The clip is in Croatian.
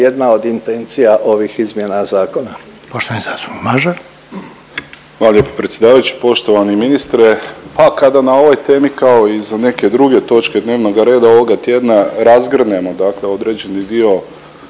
Poštovani zastupnik Mažar. **Mažar, Nikola (HDZ)** Hvala lijepo predsjedavajući. Poštovani ministre, ha kada na ovoj temi kao i za neke druge točke dnevnoga rada ovoga tjedna razgrnemo dakle određeni dio